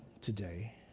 today